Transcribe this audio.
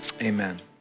Amen